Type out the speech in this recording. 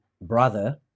brother